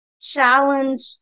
challenge